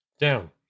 down